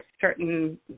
certain